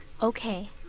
Okay